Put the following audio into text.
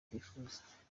twifuza